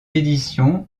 édition